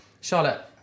Charlotte